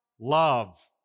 love